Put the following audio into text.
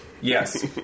Yes